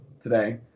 today